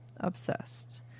obsessed